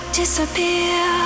disappear